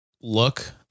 look